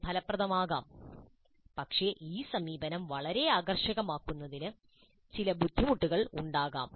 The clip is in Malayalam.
ഇത് ഫലപ്രദമാകാം പക്ഷേ ഈ സമീപനം വളരെ ആകർഷകമാക്കുന്നതിന് ചില ബുദ്ധിമുട്ടുകൾ ഉണ്ടാകാം